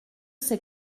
sais